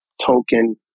token